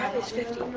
is fifty.